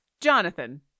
Jonathan